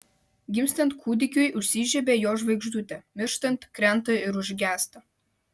gimstant kūdikiui užsižiebia jo žvaigždutė mirštant krenta ir užgęsta